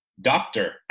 doctor